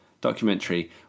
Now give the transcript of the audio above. documentary